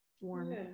warm